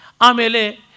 Amele